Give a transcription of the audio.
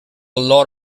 lot